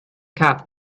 cop